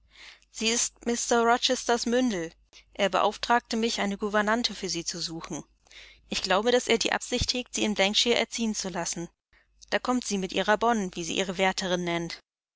sie ist mr rochesters mündel er beauftragte mich eine gouvernante für sie zu suchen ich glaube daß er die absicht hegt sie in shire erziehen zu lassen da kommt sie mit ihrer bonne wie sie ihre wärterin nennt